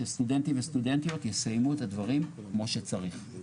שסטודנטים וסטודנטיות יסיימו את הדברים כמו שצריך.